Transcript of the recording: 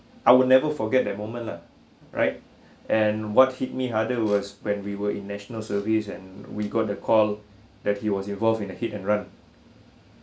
I will never forget that moment lah right and what hit me harder was when we were in national service and we got the call that he was involved in a hit and run